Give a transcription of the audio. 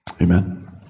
Amen